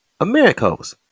Americos